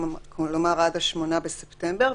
כלומר עד ה-8 בספטמבר.